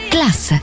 Class